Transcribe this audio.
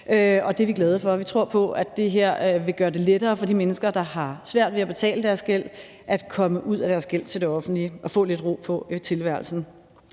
og det er vi glade for. Vi tror på, at det her vil gøre det lettere for de mennesker, der har svært ved at betale deres gæld, at komme ud af deres gæld til det offentlige og få lidt ro på tilværelsen.